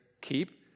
keep